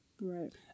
Right